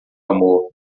amor